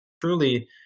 truly